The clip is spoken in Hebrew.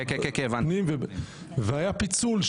היה פיצול,